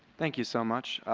thank you so much.